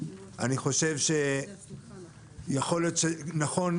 אני חושב שיכול להיות נכון,